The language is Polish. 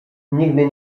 nigdy